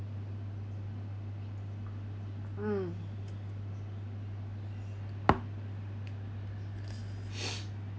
mm